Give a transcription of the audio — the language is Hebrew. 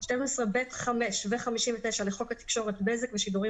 12(ב)(5) ו-59 לחוק התקשורת (בזק ושידורים),